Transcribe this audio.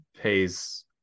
pays